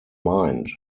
mind